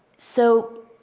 so